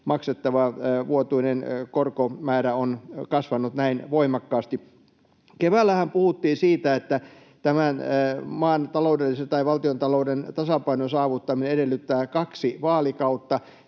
maksettava vuotuinen korkomäärä on kasvanut näin voimakkaasti. Keväällähän puhuttiin siitä, että valtiontalouden tasapainon saavuttaminen edellyttää kaksi vaalikautta.